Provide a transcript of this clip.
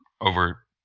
over